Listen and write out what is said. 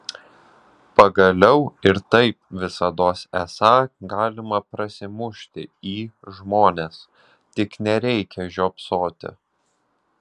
pagaliau ir taip visados esą galima prasimušti į žmones tik nereikią žiopsoti